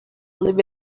live